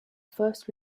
first